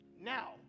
now